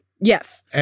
Yes